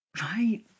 Right